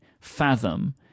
fathom